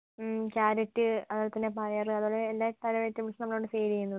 ഹ്മ് carrot പിന്നെ പയറ് അതുപോലെ എല്ലാ പല വെജിറ്റബിൾസും നമ്മൾ ഇവിടെ സെയിൽ ചെയ്യുന്നുണ്ട്